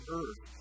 earth